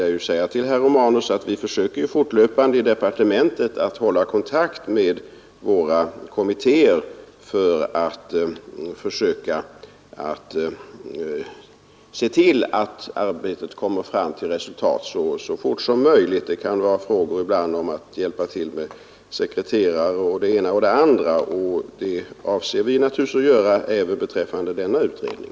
Jag kan nämna för herr Romanus att vi i departementet strävar efter att fortlöpande hålla kontakt med våra kommittéer för att försöka se till att arbetet ger resultat så fort som möjligt. Det kan ibland vara fråga om att bistå dem med sekreterare m.m., och det avser vi naturligtvis att göra även beträffande denna utredning.